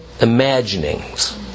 imaginings